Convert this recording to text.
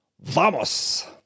Vamos